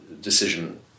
decision